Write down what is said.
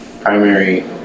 primary